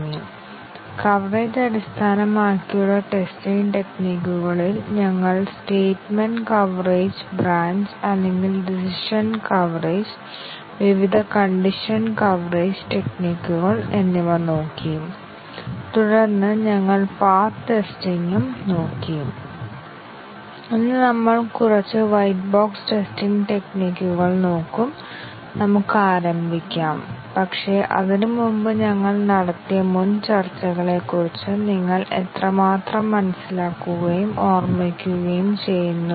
path coverage നേടുന്ന തരത്തിലുള്ള test കേസുകൾ ഞങ്ങൾ രൂപകൽപ്പന ചെയ്യുന്നു പക്ഷേ എല്ലായ്പ്പോഴും ആ ടെസ്റ്റ് കേസുകൾ രൂപകൽപ്പന ചെയ്യുന്നത് എല്ലായ്പ്പോഴും സാധ്യമാകണമെന്നില്ല എന്തുകൊണ്ടെന്ന് ഞങ്ങൾ കാണും പക്ഷേ കുറഞ്ഞത് നമുക്ക് ക്രമരഹിതമായി ഇൻപുട്ട് ആയ ടെസ്റ്റ് കേസുകളെങ്കിലും ഉണ്ടായിരിക്കണം പക്ഷേ ഞങ്ങൾ ചെയ്യും ഇത് ആവശ്യമാണ് ക്രമരഹിതമായ ഇൻപുട്ട് നമ്പറുകൾ ആവശ്യമായ പാത്ത് കവറേജ് കൈവരിക്കും